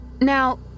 Now